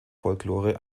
folklore